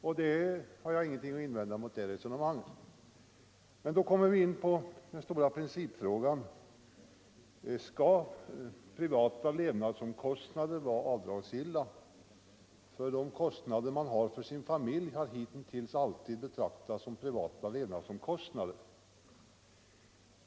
Jag har ingenting att invända mot det resonemanget. Men då kommer vi in på den stora principfrågan: Skall privata levnadsomkostnader vara avdragsgilla? De kostnader man har för sin familj har hitintills alltid betraktats som privata levnadsomkostnader.